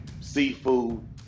seafood